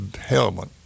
helmet